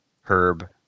Herb